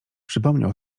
przypomniał